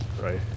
Right